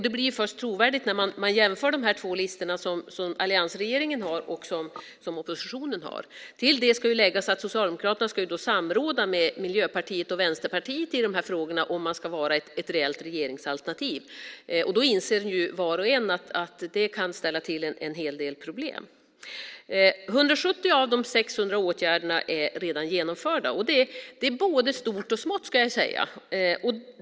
Det blir trovärdigt först när man jämför de två listor som alliansregeringen har och som oppositionen har. Till det ska läggas att Socialdemokraterna ska samråda med Miljöpartiet och Vänsterpartiet i de här frågorna om man ska vara ett reellt regeringsalternativ. Då inser ju var och en att det kan ställa till en hel del problem. 170 av de 600 åtgärderna är redan genomförda. Det är både stort och smått, ska jag säga.